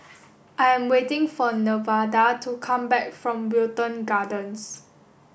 I am waiting for Nevada to come back from Wilton Gardens